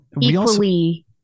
equally